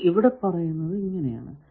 ഇത് പറയുന്നത് ഇങ്ങനെയാണ്